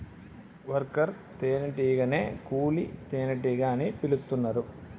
worker తేనే టీగనే కూలీ తేనెటీగ అని పిలుతున్నరు